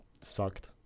sucked